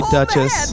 duchess